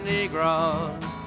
Negroes